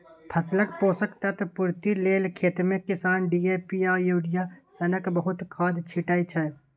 फसलक पोषक तत्व पुर्ति लेल खेतमे किसान डी.ए.पी आ युरिया सनक बहुत खाद छीटय छै